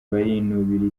barinubira